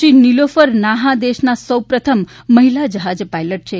શ્રી નિલોફર નાહા દેશનાં સૌ પ્રથમ મહિલા જહાજ પાયલટ છે